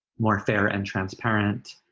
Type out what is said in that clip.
more fair and transparent.